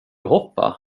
hoppa